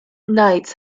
knights